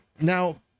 now